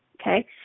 okay